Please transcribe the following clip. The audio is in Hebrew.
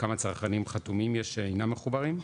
וכמה צרכנים חתומים שאינם מחוברים,